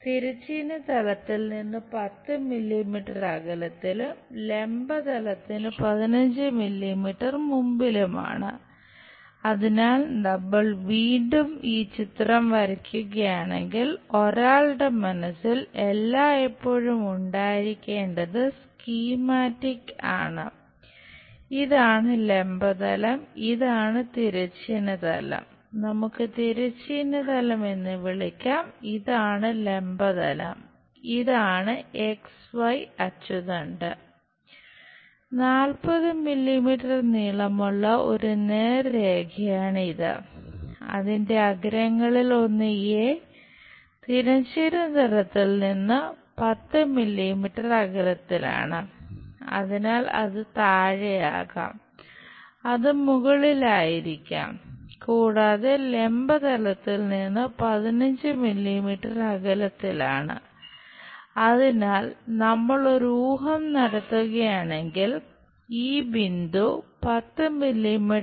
40 millimetre